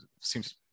seems